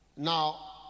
Now